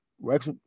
Rex